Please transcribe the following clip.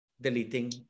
Deleting